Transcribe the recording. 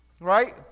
right